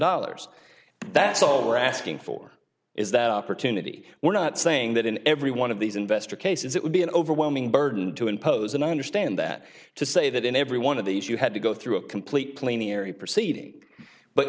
dollars that's all we're asking for is that opportunity we're not saying that in every one of these investor cases it would be an overwhelming burden to impose and i understand that to say that in every one of these you had to go through a complete clean airy proceeding but